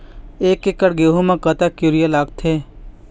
एक एकड़ गेहूं म कतक यूरिया लागथे?